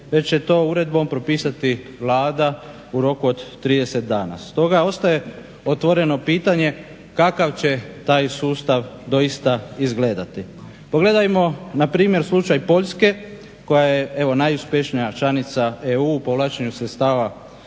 već će to uredbom propisati Vlada u roku od 30 dana. Stoga ostaje otvoreno pitanje kakav će taj sustav doista izgledati. Pogledajmo na primjer slučaj Poljske koja je evo najuspješnija članica EU u povlačenju sredstava